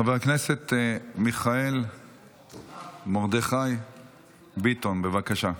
חבר הכנסת מיכאל מרדכי ביטון, בבקשה.